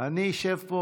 אני אשב פה.